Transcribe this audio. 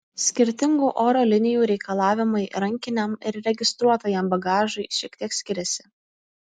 skirtingų oro linijų reikalavimai rankiniam ir registruotajam bagažui šiek tiek skiriasi